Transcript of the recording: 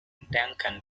duncan